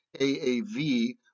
AAV